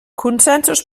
consensos